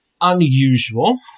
unusual